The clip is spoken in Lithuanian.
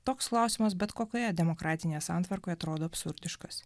toks klausimas bet kokioje demokratinėje santvarkoje atrodo absurdiškas